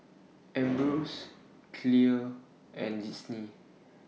Ambros Clear and Disney